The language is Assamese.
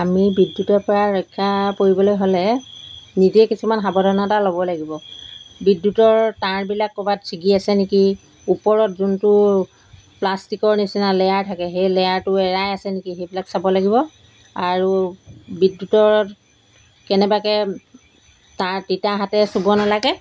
আমি বিদ্যুতৰ পৰা ৰক্ষা পৰিবলৈ হ'লে নিজে কিছুমান সাৱধানতা ল'ব লাগিব বিদ্যুতৰ তাঁৰবিলাক ক'ৰবাত ছিগি আছে নেকি ওপৰত যোনটো প্লাষ্টিকৰ নিচিনা লেয়াৰ থাকে সেই লেয়াৰটো এৰাই আছে নেকি সেইবিলাক চাব লাগিব আৰু বিদ্যুতৰ কেনেবাকৈ তাঁৰ তিতা হাতে চুব নালাগে